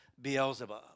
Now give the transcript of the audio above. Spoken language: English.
Beelzebub